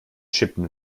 chippen